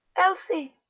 elsie.